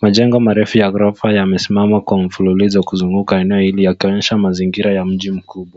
Majengo marefu ya ghorofa yamesimama kwa mfululizo kuzunguka eneo hili yakionyesha mazingira ya mji mkuu.